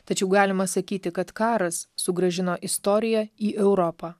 tačiau galima sakyti kad karas sugrąžino istoriją į europą